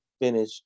finish